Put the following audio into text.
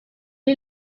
est